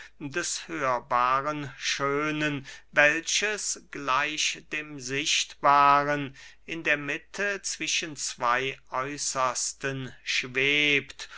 des hörbaren schönen welches gleich dem sichtbaren in der mitte zwischen zwey äußersten schwebt